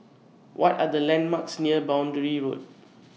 What Are The landmarks near Boundary Road